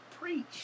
preach